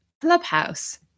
clubhouse